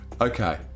Okay